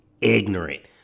ignorant